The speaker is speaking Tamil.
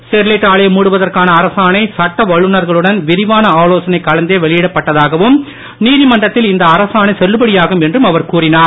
ஸ்டெர்லைட் ஆலையை மூடுவதற்கான அரசாணை சட்ட வல்லுநர்களுடன் விரிவான ஆலோசனை கலந்தே வெளியிடப்பட்டதாகவும் நீதிமன்றத்தில் இந்த அரசாணை செல்லுபடியாகும் என்றும் அவர் கூறினார்